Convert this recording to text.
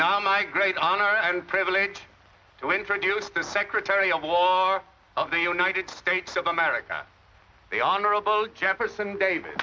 now my great honor and privilege to introduce the secretary of law of the united states of america the honorable jefferson davi